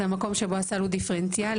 זה המקום שהסל הוא דיפרנציאלי,